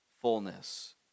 fullness